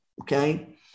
okay